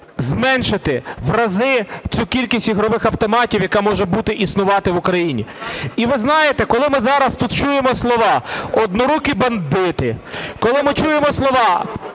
зменшити в рази цю кількість ігрових автоматів, яка може існувати в Україні. І ви знаєте, коли ми зараз тут чуємо слова "однорукі бандити", коли ми чуємо слова